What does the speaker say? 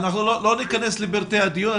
אנחנו לא ניכנס לפרטי הדיון,